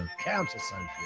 Counter-social